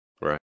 Right